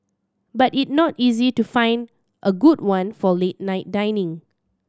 but it not easy to find a good one for late night dining